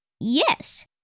Yes